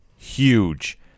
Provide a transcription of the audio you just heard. huge